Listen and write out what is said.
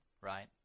Right